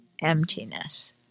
Emptiness